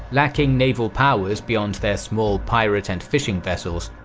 lacking naval powers beyond their small pirate and fishing vessels,